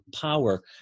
power